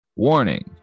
warning